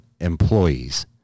employees